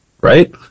right